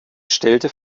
stellte